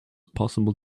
possible